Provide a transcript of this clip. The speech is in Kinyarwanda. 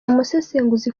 umusesenguzi